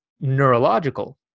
neurological